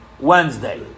Wednesday